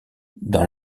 dans